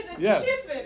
Yes